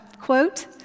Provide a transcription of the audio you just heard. quote